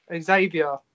Xavier